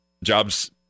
Jobs